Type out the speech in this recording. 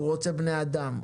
הוא רוצה בני אדם,